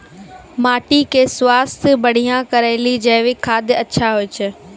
माटी के स्वास्थ्य बढ़िया करै ले जैविक खाद अच्छा होय छै?